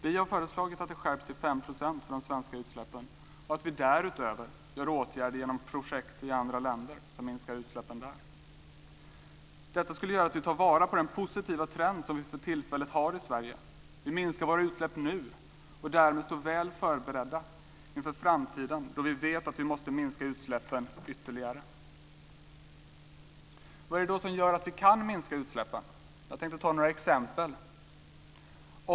Vi har föreslagit att det skärps till 5 % för de svenska utsläppen, och att vi därutöver vidtar åtgärder genom projekt i andra länder som minskar utsläppen där. Detta skulle göra att vi tar vara på den positiva trend som vi för tillfället har i Sverige. Vi minskar våra utsläpp nu, och därmed står vi väl förberedda inför framtiden då vi vet att vi måste minska utsläppen ytterligare. Vad är det då som gör att vi kan minska utsläppen? Jag tänkte ta några exempel.